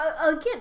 again